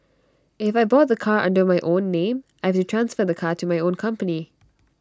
if I bought the car under my own name I've to transfer the car to my own company